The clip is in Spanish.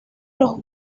los